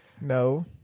no